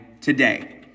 today